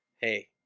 hey